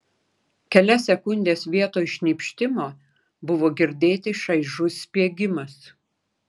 kelias sekundes vietoj šnypštimo buvo girdėti šaižus spiegimas